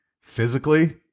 physically